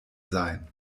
sein